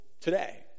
today